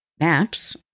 naps